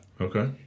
Okay